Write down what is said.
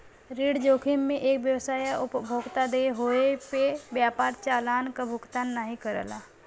ऋण जोखिम में एक व्यवसाय या उपभोक्ता देय होये पे व्यापार चालान क भुगतान नाहीं करला